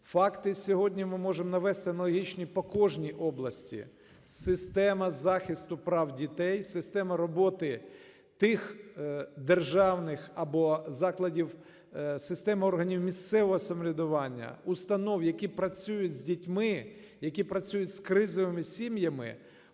Факти сьогодні ми можемо навести аналогічні по кожній області. Система захисту прав дітей, система роботи тих державних або закладів, система органів місцевого самоврядування, установ, які працюють з дітьми, які працюють з кризовими сім'ями,